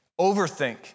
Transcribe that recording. Overthink